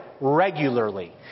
regularly